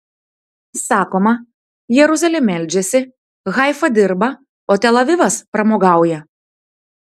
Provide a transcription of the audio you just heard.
sakoma jeruzalė meldžiasi haifa dirba o tel avivas pramogauja